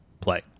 play